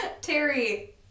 terry